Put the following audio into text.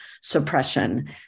suppression